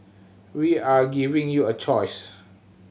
we are giving you a choice